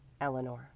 Eleanor